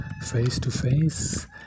face-to-face